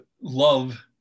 love